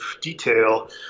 detail